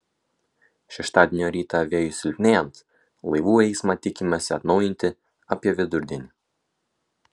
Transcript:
šeštadienio rytą vėjui silpnėjant laivų eismą tikimasi atnaujinti apie vidurdienį